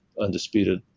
undisputed